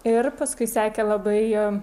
ir paskui sekė labai